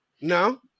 No